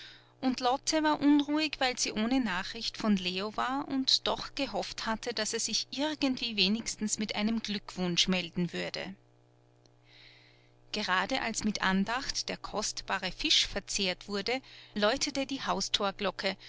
und lotte war unruhig weil sie ohne nachricht von leo war und doch gehofft hatte daß er sich irgendwie wenigstens mit einem glückwunsch melden würde gerade als mit andacht der kostbare fisch verzehrt wurde läutete die